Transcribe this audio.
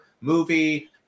movie